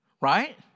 right